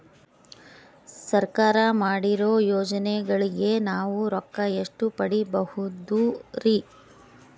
ಸರ್ಕಾರ ಮಾಡಿರೋ ಯೋಜನೆಗಳಿಗೆ ನಾವು ರೊಕ್ಕ ಎಷ್ಟು ಪಡೀಬಹುದುರಿ?